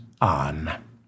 on